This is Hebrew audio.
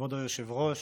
היושב-ראש,